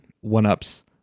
one-ups